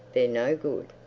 they're no good.